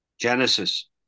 genesis